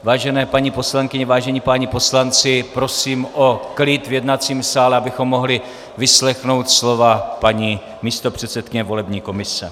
Vážené paní poslankyně, vážení páni poslanci, prosím o klid v jednacím sále, abychom mohli vyslechnout slova paní místopředsedkyně volební komise.